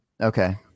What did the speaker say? Okay